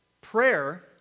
prayer